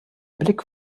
blick